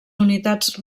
unitats